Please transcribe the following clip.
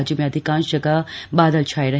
राज्य में अधिकांश जगह बादल छाये रहे